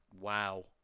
Wow